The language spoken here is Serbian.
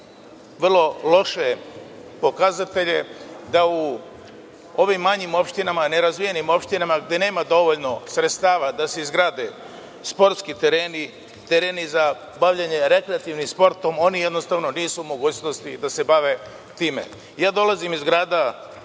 vrlo loše pokazatelje, da u ovim manjim, nerazvijenim opštinama, gde nema dovoljno sredstava da se izgrade sportski tereni, tereni za bavljenje rekreativnim sportom, oni nisu u mogućnosti da se bave time. Ja dolazim iz Jagodine